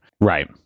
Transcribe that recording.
right